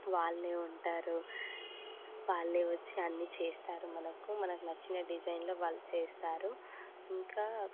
వాళ్ళే ఉంటారు వాళ్ళే వచ్చి అన్ని చేస్తారు మనకు మనకు నచ్చిన డిజైన్లు వాళ్ళు చేస్తారు ఇంకా